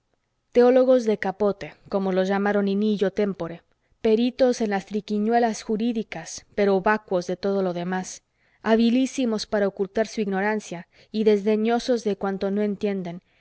teólogos de capote como los llamaron in illo témpore peritos en las triquiñuelas jurídicas pero vacuos de todo lo demás habilísimos para ocultar su ignorancia y desdeñosos de cuanto no entienden